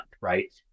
right